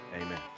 Amen